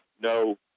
no